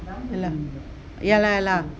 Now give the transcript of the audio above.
ya lah ya lah ya lah